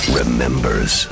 remembers